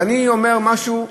ואני אומר משהו,